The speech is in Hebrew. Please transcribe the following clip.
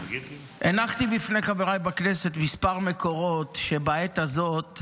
הנחתי בפני חברי הכנסת כמה מקורות שבעת הזו,